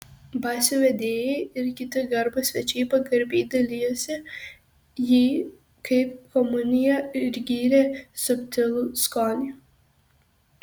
bazių vedėjai ir kiti garbūs svečiai pagarbiai dalijosi jį kaip komuniją ir gyrė subtilų skonį